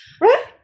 Right